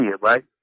right